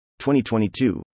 2022